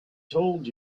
told